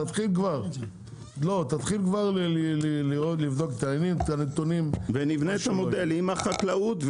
תתחיל כבר לבדוק את הנתונים --- ונבנה את המודל עם החקלאות,